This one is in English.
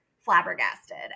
flabbergasted